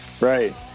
right